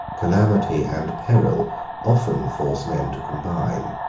calamity and peril often force men to combine.